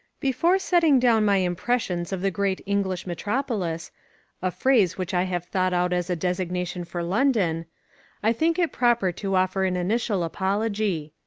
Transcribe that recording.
before setting down my impressions of the great english metropolis a phrase which i have thought out as a designation for london i think it proper to offer an initial apology.